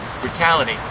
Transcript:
brutality